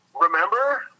remember